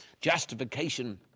justification